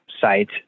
site